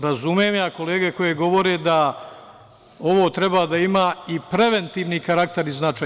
Razumem ja kolege koji govore da ovo treba da ima i preventivni karakteri i značaj.